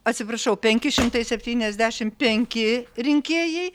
atsiprašau penki šimtai septyniasdešimt penki rinkėjai